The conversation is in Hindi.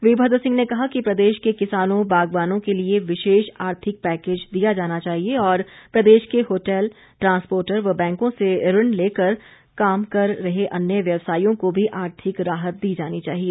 वीरभद्र सिंह ने कहा कि प्रदेश के किसानों बागवानों के लिए विशेष आर्थिक पैकेज़ दिया जाना चाहिए और प्रदेश के होटल ट्रांसपोर्टर व बैंकों से ऋण लेकर कर काम कर रहें अन्य व्यवसायियों को भी आर्थिक राहत दी जानी चाहिए